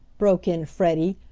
broke in freddie,